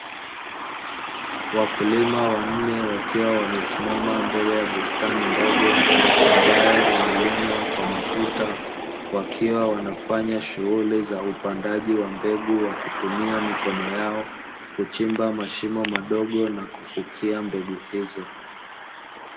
Wakulima wanne wakiwa wamesimama mbele ya bustani ndogo, ambayo imelimwa kwa matuta, wakiwa wanafanya shughuli za upandaji mbegu wakitumia mikono yao, kuchimba mashimo madogo na kufukia mbegu hizo.